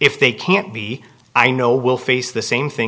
if they can't be i know will face the same thing